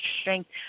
strength